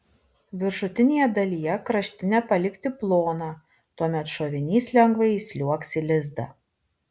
viršutinėje dalyje kraštinę palikti ploną tuomet šovinys lengvai įsliuogs į lizdą